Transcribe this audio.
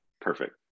Perfect